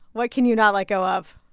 what can you not let go of?